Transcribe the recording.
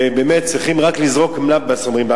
ובאמת צריך רק לזרוק "מלבס", אומרים בערבית,